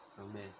Amen